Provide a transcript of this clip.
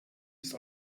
ist